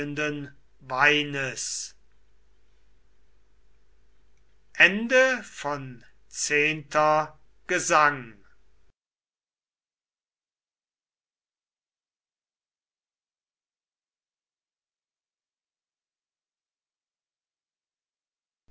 schlafes zehnter gesang